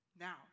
Now